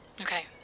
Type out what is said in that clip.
Okay